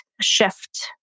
shift